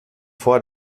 vor